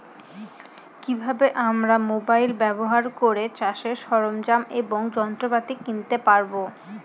কি ভাবে আমরা মোবাইল ব্যাবহার করে চাষের সরঞ্জাম এবং যন্ত্রপাতি কিনতে পারবো?